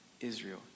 Israel